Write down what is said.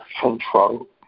control